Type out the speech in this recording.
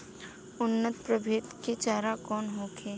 उन्नत प्रभेद के चारा कौन होखे?